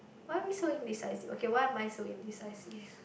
why we so indecisive okay why am I so indecisive